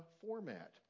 format